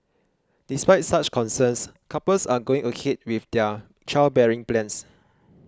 despite such concerns couples are going ahead with their childbearing plans